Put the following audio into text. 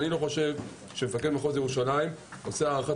אני לא חושב שמפקד מחוז ירושלים עושה הערכת